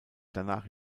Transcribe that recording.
danach